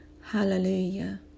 hallelujah